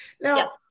Now